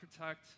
protect